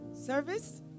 service